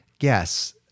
Yes